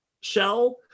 shell